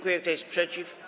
Kto jest przeciw?